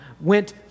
went